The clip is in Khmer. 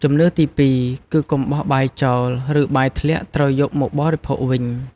ជំនឿទីពីរ គឺកុំបោះបាយចោល ឬបាយធ្លាក់ត្រូវយកមកបរិភោគវិញ។